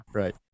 right